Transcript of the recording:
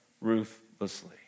ruthlessly